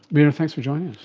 meera, thanks for joining us.